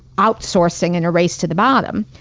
outsourcing in a race to the bottom.